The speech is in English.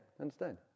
Understand